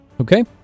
Okay